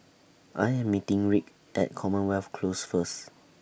I Am meeting Rick At Commonwealth Close First